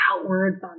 outward